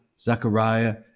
Zechariah